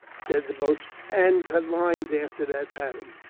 said the boatswain, and cut lines after that pattern,